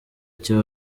cya